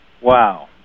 Wow